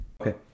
Okay